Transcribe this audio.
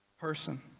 person